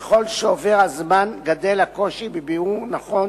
וככל שעובר הזמן גדל הקושי בבירור נכון